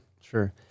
Sure